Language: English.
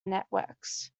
networks